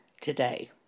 today